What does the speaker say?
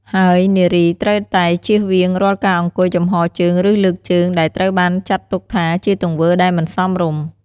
ហើយនារីត្រូវតែជៀសវាងរាល់ការអង្គុយចំហរជើង ឬលើកជើង ដែលត្រូវបានចាត់ទុកថាជាទង្វើដែលមិនសមរម្យ។